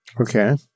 Okay